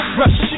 rush